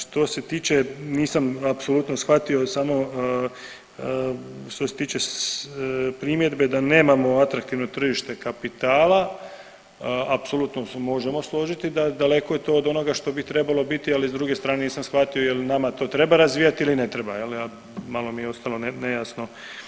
Što se tiče nisam apsolutno shvatio samo što se tiče primjedbe da nemamo atraktivno tržište kapitala, apsolutno se možemo složiti daleko je to od onoga što bi trebalo biti, ali s druge strane nisam shvatio je li nama to treba razvijati ili ne treba, a malo mi je ostalo nejasno.